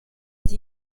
iki